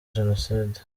jenoside